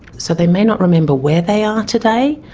so they may not remember where they are today,